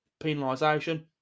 penalisation